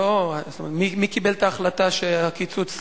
מי קיבל את ההחלטה שהקיצוץ צריך,